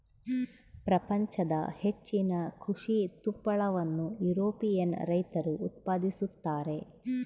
ಪ್ರಪಂಚದ ಹೆಚ್ಚಿನ ಕೃಷಿ ತುಪ್ಪಳವನ್ನು ಯುರೋಪಿಯನ್ ರೈತರು ಉತ್ಪಾದಿಸುತ್ತಾರೆ